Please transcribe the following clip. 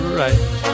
right